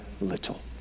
little